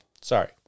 Sorry